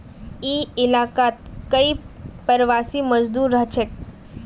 ई इलाकात कई प्रवासी मजदूर रहछेक